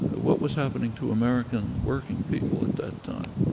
what was happening to american working people at that time?